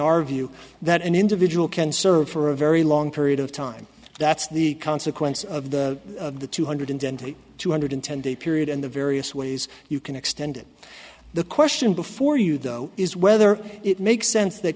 our view that an individual can serve for a very long period of time that's the consequence of the of the two hundred twenty two hundred ten day period and the various ways you can extend it the question before you though is whether it makes sense that